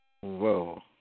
Whoa